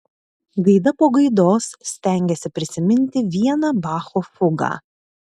gaida po gaidos stengėsi prisiminti vieną bacho fugą